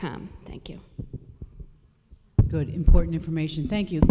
com thank you good important information thank you